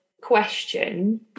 question